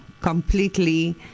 completely